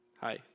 Hi